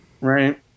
Right